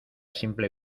simple